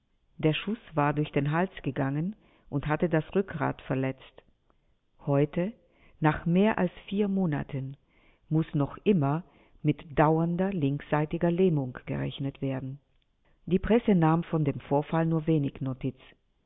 der schuß war durch den hals gegangen und hatte das rückgrat verletzt heute nach mehr als vier monaten muß noch immer mit dauernder linksseitiger lähmung gerechnet werden die presse nahm von dem vorfall nur wenig notiz